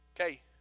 Okay